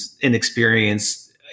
inexperienced